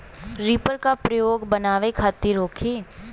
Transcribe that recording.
Reaper का प्रयोग का बनावे खातिन होखि?